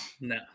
No